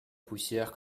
poussière